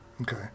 Okay